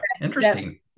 Interesting